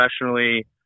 professionally